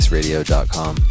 radio.com